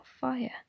Fire